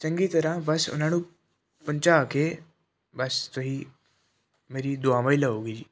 ਚੰਗੀ ਤਰ੍ਹਾਂ ਬਸ ਉਨ੍ਹਾਂ ਨੂੰ ਪਹੁੰਚਾ ਕੇ ਬਸ ਤੁਸੀਂ ਮੇਰੀ ਦੁਆਵਾਂ ਹੀ ਲਓਗੇ ਜੀ